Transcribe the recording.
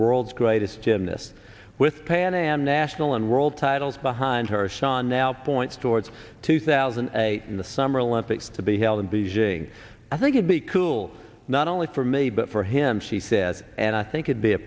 world's greatest gym this with pan am national and world titles behind her shawn now points towards two thousand and eight in the summer olympics to be held in beijing i think it be cool not only for me but for him she says and i think it be a